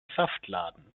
saftladen